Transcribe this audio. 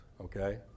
okay